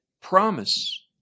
promise